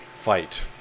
fight